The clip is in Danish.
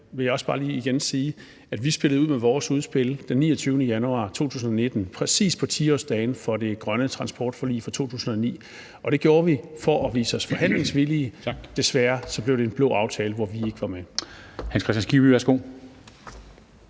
at vi kom med vores udspil den 29. januar 2019, præcis på 10-årsdagen for det grønne transportforlig fra 2009, og det gjorde vi for at vise os forhandlingsvillige. Desværre blev det en blå aftale, hvor vi ikke var med.